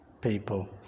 people